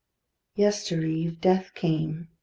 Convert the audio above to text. yestereve, death came,